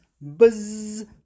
buzz